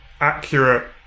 accurate